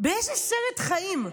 באיזה סרט חיים?